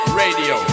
radio